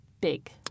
big